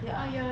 ya